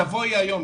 תבואי היום,